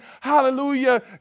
Hallelujah